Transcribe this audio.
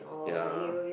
ya